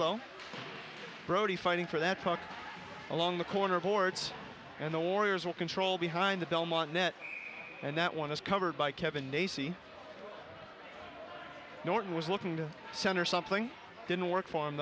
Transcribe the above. though fighting for that book along the corner boards and the warriors will control behind the belmont net and that one is covered by kevin norton was looking to center something didn't work for him